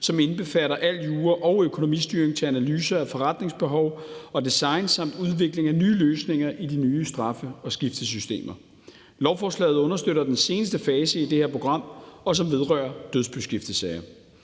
som indbefatter al jura og økonomistyring til analyse af forretningsbehov og design samt udvikling af nye løsninger i de nye straffe- og skiftesystemer. Lovforslaget understøtter den seneste fase i det her program, som vedrører dødsboskiftesager.